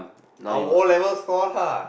or O-level scores lah